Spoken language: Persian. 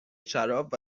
شراب